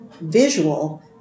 visual